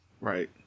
Right